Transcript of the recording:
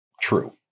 True